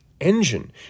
engine